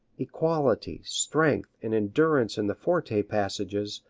equality, strength and endurance in the forte passages,